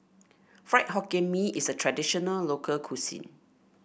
Fried Hokkien Mee is a traditional local cuisine